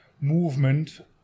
movement